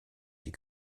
die